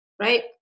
right